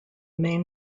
main